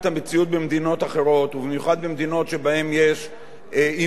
ובמיוחד במדינות שבהן יש עימותים על רקעים